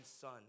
son